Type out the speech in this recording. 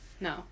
No